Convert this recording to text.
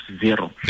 zero